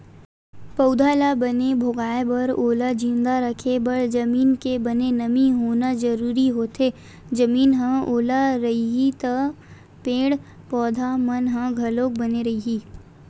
पउधा ल बने भोगाय बर ओला जिंदा रखे बर जमीन के बने नमी होना जरुरी होथे, जमीन ह ओल रइही त पेड़ पौधा मन ह घलो बने रइही